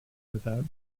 without